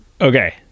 Okay